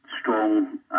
strong